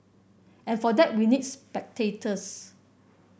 and for that we need spectators